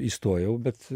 įstojau bet